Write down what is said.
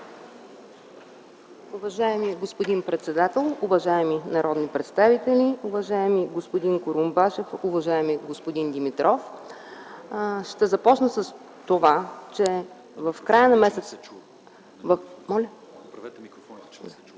Уважаеми господин председател, уважаеми народни представители, уважаеми господин Курумбашев, уважаеми господин Димитров! Ще започна с това, че в края на м.